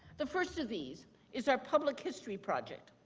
the first of these is our public history project.